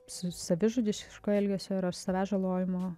s savižudiško elgesio yra ir savęs žalojimo